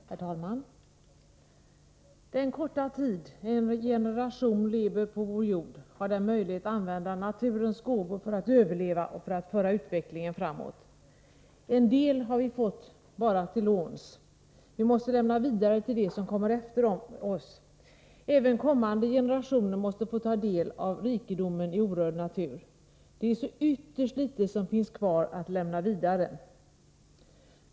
Herr talman! Den korta tid en generation lever på vår jord har den möjlighet att använda naturens gåvor för att överleva och för att föra utvecklingen framåt. En del har vi bara fått till låns. Vi måste lämna vidare till dem som kommer efter oss. Även kommande generationer måste få ta del av rikedomen i orörd natur. Det är så ytterst litet som det finns kvar att lämna vidare.